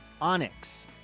Onyx